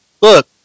Look